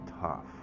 tough